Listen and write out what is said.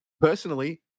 personally